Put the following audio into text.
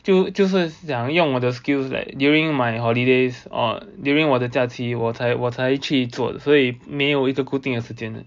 就就是想用我的 skills like during my holidays or during 我的假期我才我才去做所以没有一个固定时间的